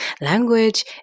Language